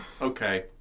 Okay